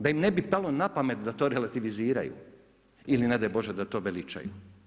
Da im ne bi palo na pamet da to relativiziraju ili ne daj Bože da to veličaju.